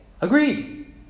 Agreed